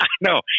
No